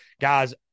Guys